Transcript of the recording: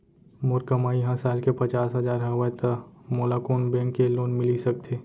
मोर कमाई ह साल के पचास हजार हवय त मोला कोन बैंक के लोन मिलिस सकथे?